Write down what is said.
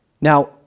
Now